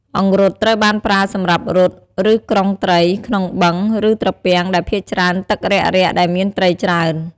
អង្រុតត្រូវបានប្រើសម្រាប់រុត ឬក្រុងត្រី ក្នុងបឹង ឬត្រពាំងដែលភាគច្រើនទឹករាក់ៗ ដែលមានត្រីច្រើន។